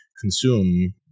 consume